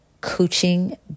coaching